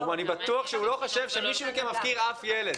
אני בטוח שהוא לא חושב שמישהו מכם מפקיר ילדים.